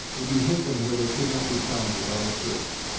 and he hid them where they could not be found without a search.